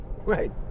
Right